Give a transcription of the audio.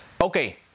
Okay